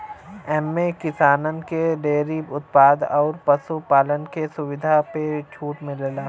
एम्मे किसानन के डेअरी उत्पाद अउर पशु पालन के सुविधा पे छूट मिलेला